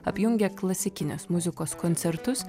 apjungė klasikinės muzikos koncertus